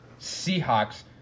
Seahawks